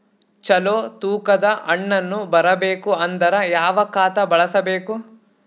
ಚಲೋ ತೂಕ ದ ಹಣ್ಣನ್ನು ಬರಬೇಕು ಅಂದರ ಯಾವ ಖಾತಾ ಬಳಸಬೇಕು?